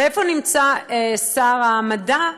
ואיפה נמצא שר המדע?